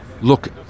Look